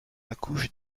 accouche